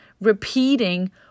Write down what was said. repeating